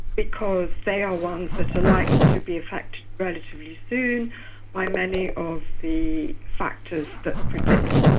because they are ones that are likely to be affected relatively soon by many of the factors that predict,